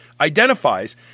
identifies